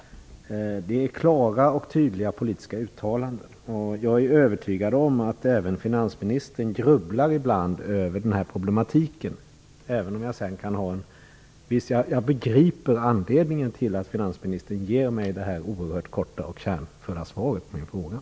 Det är klara och tydliga politiska uttalanden. Jag är övertygad om att även finansministern ibland grubblar över den här problematiken. Jag begriper anledningen till att finansministern ger mig det här oerhört korta och kärnfulla svaret på frågan.